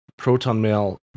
ProtonMail